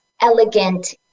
elegant